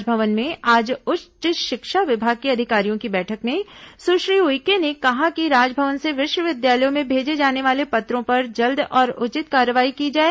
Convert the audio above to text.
राजभवन में आज उच्च शिक्षा विभाग के अधिकारियों की बैठक में सुश्री उइके ने कहा कि राजभवन से विश्वविद्यालयों में भेजे जाने वाले पत्रों पर जल्द और उचित कार्रवाई की जाए